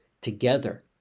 together